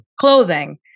clothing